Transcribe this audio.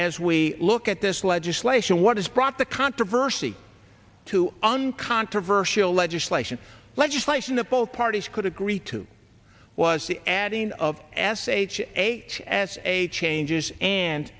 as we look at this legislation what has brought the controversy to uncontroversial legislation legislation that both parties could agree to was the adding of s h h as a changes and